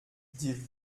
die